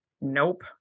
nope